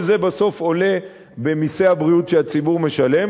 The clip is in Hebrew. כל זה בסוף עולה במסי הבריאות שהציבור משלם.